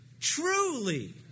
truly